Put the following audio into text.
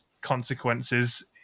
consequences